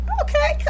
okay